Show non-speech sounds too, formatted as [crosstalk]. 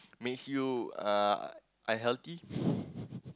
make you uh unhealthy [laughs]